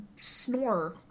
snore